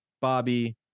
Bobby